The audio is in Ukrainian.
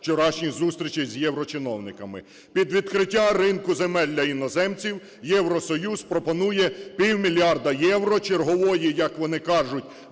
вчорашніх зустрічей з єврочиновниками. Під відкриття ринку земель для іноземців Євросоюз пропонує півмільярда євро чергової, як вони кажуть,